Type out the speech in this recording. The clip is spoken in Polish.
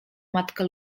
matka